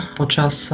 počas